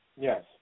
Yes